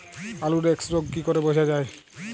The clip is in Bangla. আলুর এক্সরোগ কি করে বোঝা যায়?